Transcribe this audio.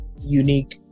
unique